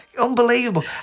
unbelievable